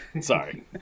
Sorry